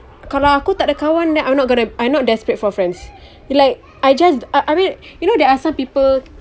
kalau aku takde kawan then I'm not gonna I'm not desperate for friends like I just I I mean you know there are some people